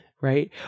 right